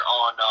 on